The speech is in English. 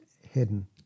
Hidden